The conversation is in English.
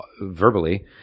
verbally